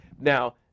Now